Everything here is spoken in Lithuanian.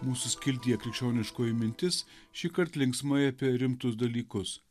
mūsų skiltyje krikščioniškoji mintis šįkart linksmai apie rimtus dalykus